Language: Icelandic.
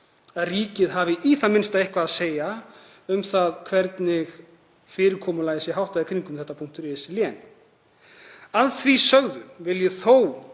að ríkið hafi í það minnsta eitthvað að segja um það hvernig fyrirkomulaginu sé háttað í kringum þetta .is-lén. Að því sögðu vil ég þó